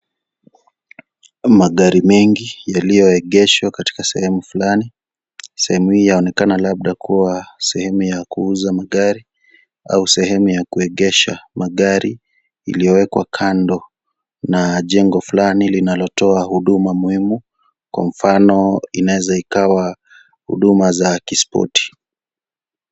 Magari mengi yaliyoegeshwa katika sehemu fulani. Sehemu hii yaonekana labda kuwa sehemu ya kuuza magari au sehemu ya kuegesha magari iliyowekwa kando na jengo fulani linalotoa huduma muhimu, kwa mfano inaweza ikawa huduma za kispoti.